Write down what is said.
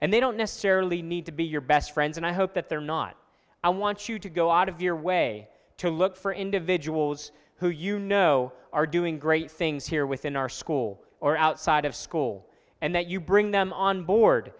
and they don't necessarily need to be your best friends and i hope that they're not i want you to go out of your way to look for individuals who you know are doing great things here within our school or outside of school and that you bring them on board